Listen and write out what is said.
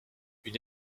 une